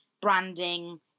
branding